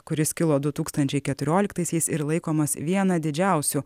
kuris kilo du tūkstančiai keturioliktaisiais ir laikomas viena didžiausių